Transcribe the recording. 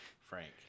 Frank